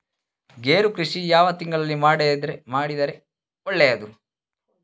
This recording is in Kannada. ಗೇರು ಕೃಷಿ ಯಾವ ತಿಂಗಳಲ್ಲಿ ಮಾಡಿದರೆ ಒಳ್ಳೆಯದು?